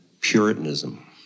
Puritanism